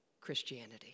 Christianity